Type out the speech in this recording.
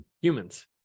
humans